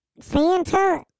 Santa